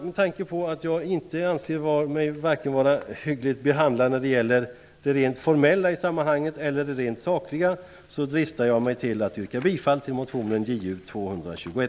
Med tanke på att jag anser att min motion inte har blivit hyggligt behandlad vare sig rent formellt eller sakligt dristar jag mig till att yrka bifall till densamma.